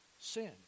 sin